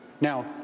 Now